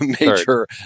Major